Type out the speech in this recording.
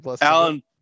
Alan